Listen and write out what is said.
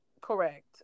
Correct